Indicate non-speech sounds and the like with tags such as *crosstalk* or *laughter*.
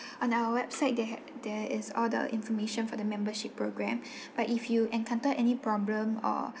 on our website they had there is all the information for the membership program *breath* but if you encounter any problem or